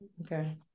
Okay